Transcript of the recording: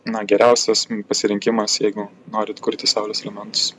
na geriausias pasirinkimas jeigu norit kurti saulės elementus